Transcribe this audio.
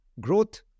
growth